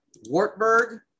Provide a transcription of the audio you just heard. Wartburg